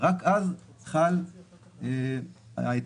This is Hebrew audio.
רק אז חל ההיטל.